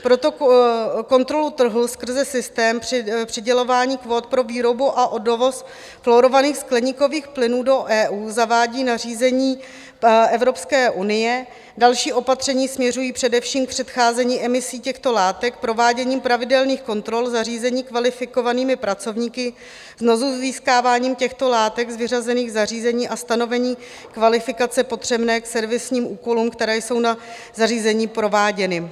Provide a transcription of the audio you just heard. Proto kontrolu trhu skrze systém přidělování kvót pro výrobu a dovoz fluorovaných skleníkových plynů do EU zavádí nařízení Evropské unie, další opatření směřují především k předcházení emisí těchto látek prováděním pravidelných kontrol zařízení kvalifikovanými pracovníky, znovuzískáváním těchto látek z vyřazených zařízení a stanovení kvalifikace potřebné k servisním úkolům, které jsou na zařízení prováděny.